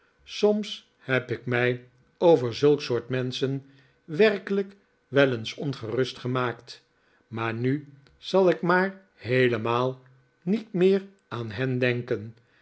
soms heb ik mij over zulk soort menschen werkelijk wel eeris ongerust gemaakt maar nu zal ik maar heelemaal niet meer aan heri denken